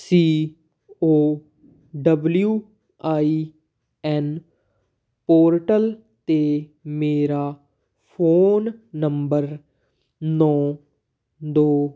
C O W I N portal 'ਤੇ ਮੇਰਾ phone number ਨੌ ਦੋ